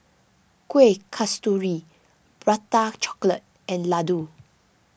Kuih Kasturi Prata Chocolate and Laddu